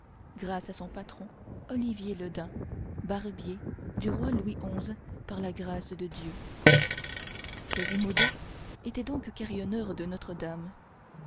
grâce à son patron olivier le daim barbier du roi louis xi par la grâce de dieu quasimodo était donc carillonneur de notre-dame